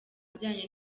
ajyanye